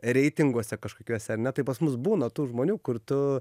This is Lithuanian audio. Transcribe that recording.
reitinguose kažkokiuose ar ne tai pas mus būna tų žmonių kur tu